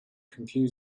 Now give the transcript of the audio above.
computer